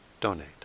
donate